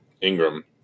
Ingram